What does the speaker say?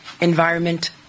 environment